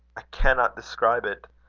i cannot describe it.